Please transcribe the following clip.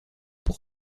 pour